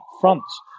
fronts